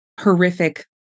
horrific